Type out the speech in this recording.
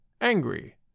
angry